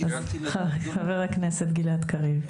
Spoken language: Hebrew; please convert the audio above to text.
חבר הכנסת גלעד קריב.